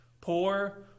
poor